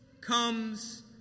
comes